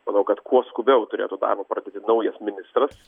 manau kad kuo skubiau turėtų darbą pradėti naujas ministras